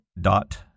dot